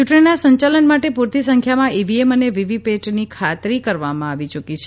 ચૂંટણીના સંચાલન માટે પૂરતી સંખ્યામાં ઇવીએમ અને વીવીપીએટીની ખાતરી કરવામાં આવી યૂકી છે